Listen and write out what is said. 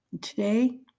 Today